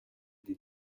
des